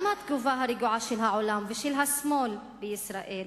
גם התגובה הרגועה של העולם ושל השמאל בישראל